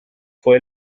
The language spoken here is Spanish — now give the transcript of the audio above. fue